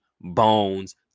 bones